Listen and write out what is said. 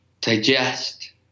Digest